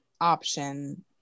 option